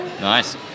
Nice